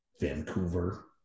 Vancouver